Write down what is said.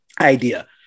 idea